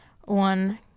one